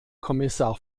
kommissar